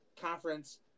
conference